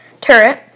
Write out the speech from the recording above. turret